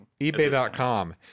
eBay.com